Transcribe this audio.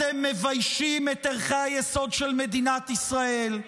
אתם מביישים את ערכי היסוד של מדינת ישראל,